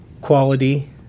quality